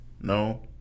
no